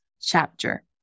chapter